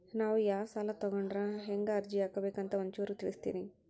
ನಾವು ಯಾ ಸಾಲ ತೊಗೊಂಡ್ರ ಹೆಂಗ ಅರ್ಜಿ ಹಾಕಬೇಕು ಅಂತ ಒಂಚೂರು ತಿಳಿಸ್ತೀರಿ?